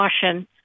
caution